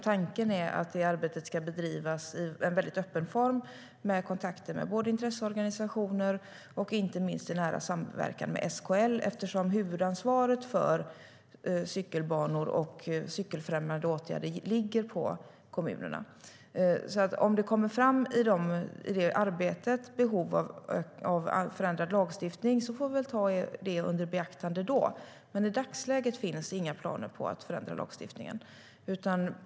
Tanken är att detta arbete ska bedrivas i öppen form med kontakter med intresseorganisationer och inte minst i nära samverkan med SKL eftersom huvudansvaret för cykelbanor och cykelfrämjande åtgärder ligger på kommunerna. Om det i detta arbete kommer fram behov av en förändrad lagstiftning får vi ta det i beaktande då, men i dagsläget finns inga planer på att förändra lagstiftningen.